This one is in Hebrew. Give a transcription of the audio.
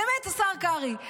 באמת, השר קרעי.